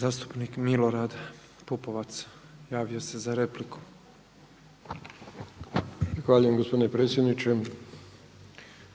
Zastupnik Milorad Pupovac javio se za repliku. **Pupovac, Milorad (SDSS)** Zahvaljujem gospodine predsjedniče.